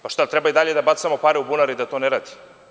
Pa, šta da li treba i dalje da bacamo pare u bunar i da to ne radi?